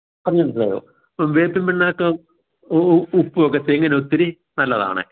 പറഞ്ഞത് മനസ്സിലായോ വേപ്പിൻ പിണ്ണാക്ക് ഉപ്പ് ഒക്കെ തെങ്ങിന് ഒത്തിരി നല്ലതാണ്